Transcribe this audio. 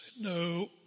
No